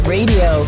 Radio